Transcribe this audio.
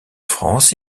france